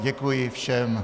Děkuji všem.